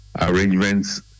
arrangements